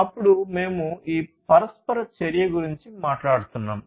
అప్పుడు మేము ఈ పరస్పర చర్య గురించి మాట్లాడుతున్నాము